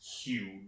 huge